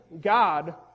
God